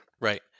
Right